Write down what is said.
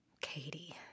Katie